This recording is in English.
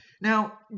Now